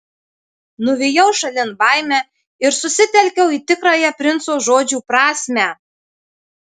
nuvijau šalin baimę ir susitelkiau į tikrąją princo žodžių prasmę